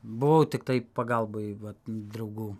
buvau tiktai pagalboj vat draugų